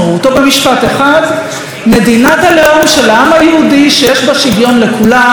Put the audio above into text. או במשפט אחד: מדינת הלאום של העם היהודי שיש בה שוויון לכולם,